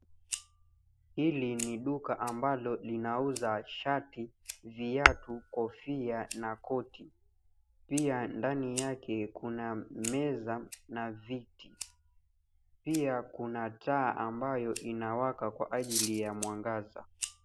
HIli ni duka ambalo linauza shati, viatu, kofia na koti pia ndani yake kuna meza na viti. Pia kuna taa ambayo inawaka kwa ajili ya mwangaza.